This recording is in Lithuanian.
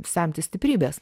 semtis stiprybės